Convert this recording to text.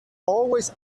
always